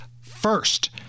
first